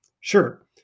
Sure